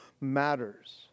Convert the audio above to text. matters